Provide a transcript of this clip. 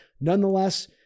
Nonetheless